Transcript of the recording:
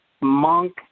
monk